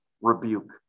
rebuke